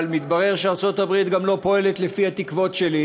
אבל מתברר שארצות-הברית גם לא פועלת לפי התקוות שלי,